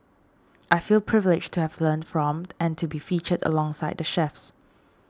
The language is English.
I feel privileged to have learnt from and to be featured alongside the chefs